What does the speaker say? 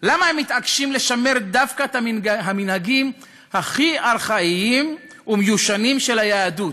למה הם מתעקשים לשמר דווקא את המנהגים הכי ארכאיים ומיושנים של היהדות: